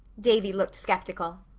davy looked sceptical.